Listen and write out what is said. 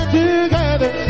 together